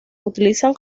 utilizan